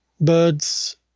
Birds